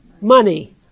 Money